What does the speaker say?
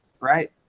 right